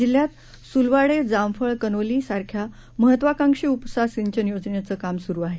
जिल्ह्यातसुलवाडेजामफळ कनोलीसारख्यामहत्वाकांक्षीउपसासिंचनयोजनेचेकामसुरूआहे